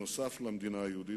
נוסף על המדינה היהודית,